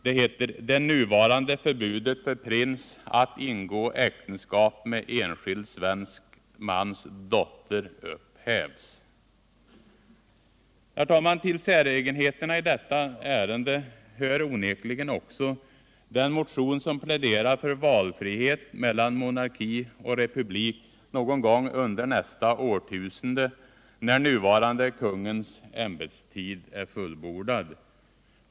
Det heter i betänkandet: ”-—-- det nuvarande förbudet för prins att ingå äktenskap med enskild svensk mans dotter upphävs.” Till säregenheterna i detta ärende hör onekligen också den motion som pläderar för valfrihet mellan monarki och republik någon gång under nästa årtusende när nuvarande kungens ämbetstid är fullbordad.